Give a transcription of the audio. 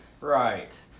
Right